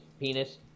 Penis